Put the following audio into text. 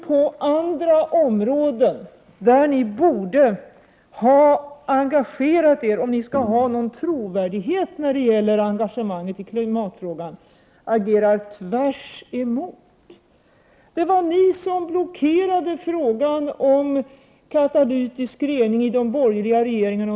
På andra områden, där ni borde ha engagerat er om ni skall vara trovärdiga när det gäller engagemanget i klimatfrågan, agerar ni helt annorlunda. Det var ni som under alla år blockerade frågan om katalytisk avgasrening i de borgerliga regeringarna.